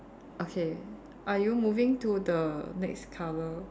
okay are you moving to the next colour